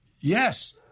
Yes